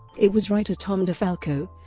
it was writer tom defalco